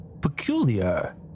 Peculiar